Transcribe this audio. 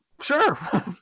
sure